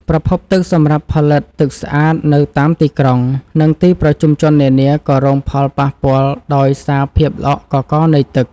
ប្រភពទឹកសម្រាប់ផលិតទឹកស្អាតនៅតាមទីក្រុង និង ទីប្រជុំជននានាក៏រងផលប៉ះពាល់ដោយសារភាពល្អក់កករនៃទឹក។